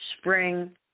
spring